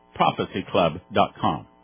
prophecyclub.com